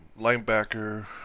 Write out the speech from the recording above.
Linebacker